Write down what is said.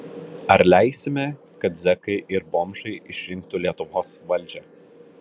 ar leisime kad zekai ir bomžai išrinktų lietuvos valdžią